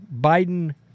Biden